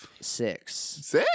six